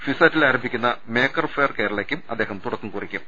ഫിസാറ്റിൽ ആരംഭിക്കുന്ന maker fair കേരളയ്ക്കും അദ്ദേഹം തുടക്കം കുറിയ്ക്കും